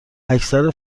اکثر